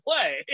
play